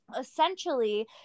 essentially